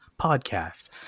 podcast